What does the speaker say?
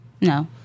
No